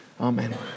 Amen